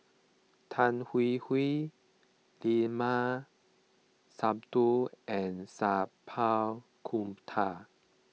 Tan Hwee Hwee Limat Sabtu and Sat Pal Khattar